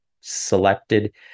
selected